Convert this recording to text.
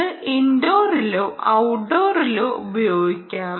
ഇത് ഇൻഡോറിലോ ഔട്ട്ഡോറിലോ ഉപയോഗിക്കാം